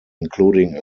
including